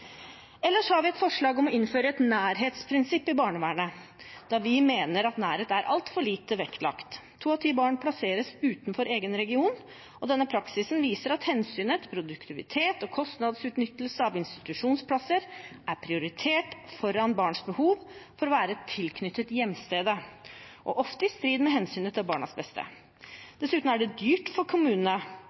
Ellers har vi et forslag om å innføre et nærhetsprinsipp i barnevernet, da vi mener at nærhet er altfor lite vektlagt. To av ti barn plasseres utenfor egen region. Denne praksisen viser at hensynet til produktivitet og kostnadsutnyttelse av institusjonsplasser prioriteres foran barns behov for å være tilknyttet hjemstedet, ofte i strid med hensynet til barnas beste. Dessuten er det dyrt for kommunene,